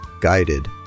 guided